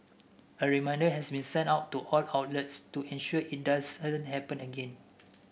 a reminder has been sent out to all outlets to ensure it does happen again